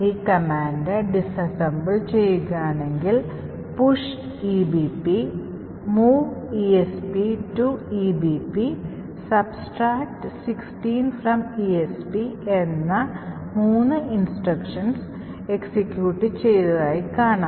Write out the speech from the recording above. ഈ command disassemble ചെയ്യുകയാണെങ്കിൽ push ebp move esp to ebp subtract 16 from esp എന്ന 3 നിർദ്ദേശങ്ങൾ എക്സിക്യൂട്ട് ചെയ്തതായി കാണാം